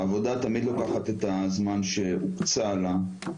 העבודה תמיד לוקחת את הזמן שהוקצה לה,